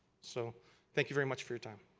so thank you very much for your time.